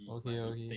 okay okay